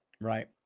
Right